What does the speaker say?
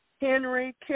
Henry